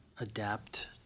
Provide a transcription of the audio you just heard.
adapt